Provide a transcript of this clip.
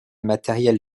matériel